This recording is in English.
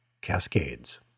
Cascades